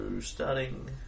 starting